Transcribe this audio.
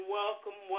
welcome